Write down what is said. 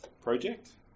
project